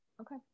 okay